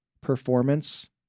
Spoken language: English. performance